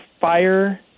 fire